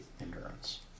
endurance